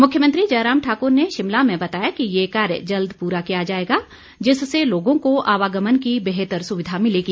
मुख्यमंत्री जयराम ठाकुर ने शिमला में बताया कि ये कार्य जल्द पूरा किया जाएगा जिससे लोगों को आवागमन की बेहतर सुविधा मिलेगी